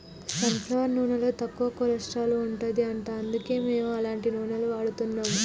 sun flower నూనెలో తక్కువ cholesterol ఉంటది అంట అందుకే మేము అట్లాంటి నూనెలు వాడుతున్నాం